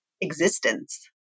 existence